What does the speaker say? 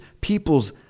people's